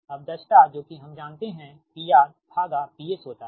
अब दक्षता जो कि हम जानते है PR भागा PS होता हैं